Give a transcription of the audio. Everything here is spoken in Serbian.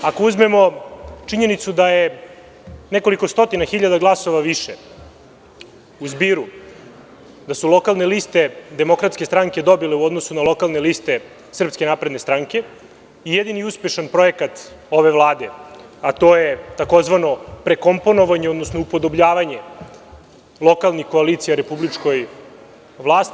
Ako uzmemo činjenicu da je nekoliko stotina hiljada glasalo više u zbiru, da su lokalne liste DS dobile u odnosu na lokalne liste SNS, jedini uspešan projekat ove vlade, a to je tzv. prekomponovanje, odnosno upodobljavanje lokalnih koalicija republičkoj vlasti.